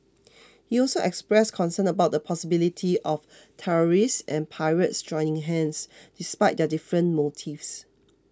he also expressed concern about the possibility of terrorists and pirates joining hands despite their different motives